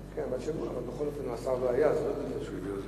הכנסת ועם הנשיאות.